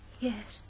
Yes